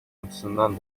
açısından